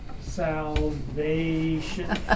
Salvation